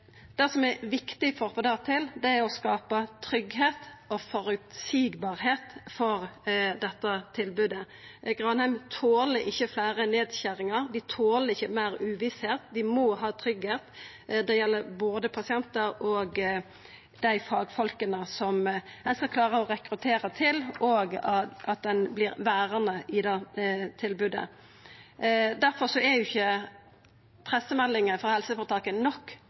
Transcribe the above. for dette tilbodet. Granheim toler ikkje fleire nedskjeringar. Dei toler ikkje meir uvisse. Dei må ha tryggleik. Det gjeld for både pasientar og dei fagfolka som ein skal klara å rekruttera, og for at dei vert verande i tilbodet. Difor er ikkje pressemeldingar frå helseføretaket nok